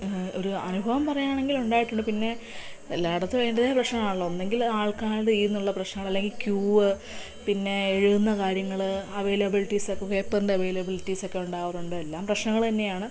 ഒരു അനുഭവം പറയുവാണെങ്കിൽ ഉണ്ടായിട്ടുണ്ട് പിന്നെ എല്ലായിടത്തും അതിൻ്റെ പ്രശ്നങ്ങളാണല്ലോ ഒന്നുകിൽ ആൾക്കാരുടെ കയ്യിൽ നിന്നുള്ള പ്രശ്നങ്ങൾ അല്ലെങ്കിൽ ക്യൂവ് പിന്നെ എഴുതുന്ന കാര്യങ്ങൾ അവൈലബിലിറ്റീസൊക്കെ പേപ്പറിൻ്റെ അവൈലബിലിറ്റീസൊക്കെ ഉണ്ടാവാറുണ്ട് എല്ലാം പ്രശ്നങ്ങൾ തന്നെയാണ്